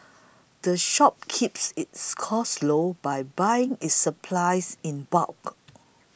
the shop keeps its costs low by buying its supplies in bulk